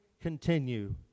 continue